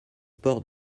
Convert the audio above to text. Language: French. port